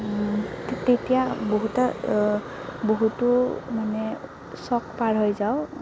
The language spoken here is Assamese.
তেতিয়া বহুত বহুতো মানে চক পাৰ হৈ যাওঁ